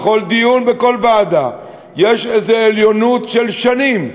בכל דיון בכל ועדה יש איזו עליונות של שנים,